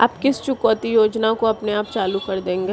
आप किस चुकौती योजना को अपने आप चालू कर देंगे?